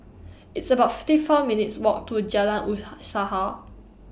It's about fifty four minutes' Walk to Jalan